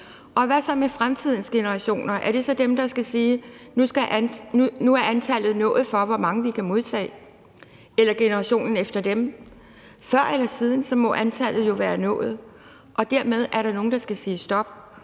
Hvad så med fremtidens generationer? Er det så dem, der skal sige: Nu har vi nået antallet for, hvor mange vi kan modtage? Eller er det generationen efter dem? Før eller siden må antallet jo være nået, og dermed er der nogen, der skal sige stop.